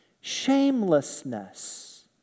shamelessness